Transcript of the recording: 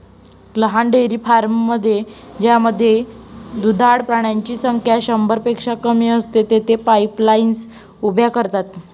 लहान डेअरी फार्ममध्ये ज्यामध्ये दुधाळ प्राण्यांची संख्या शंभरपेक्षा कमी असते, तेथे पाईपलाईन्स उभ्या करतात